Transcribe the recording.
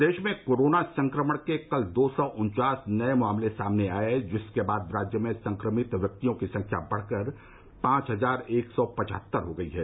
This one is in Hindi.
प्रदेश में कोरोना संक्रमण के कल दो सौ उन्चास नए मामले सामने आए जिसके बाद राज्य में संक्रमित व्यक्तियों की संख्या बढ़कर पांच हजार एक सौ पचहत्तर हो गई है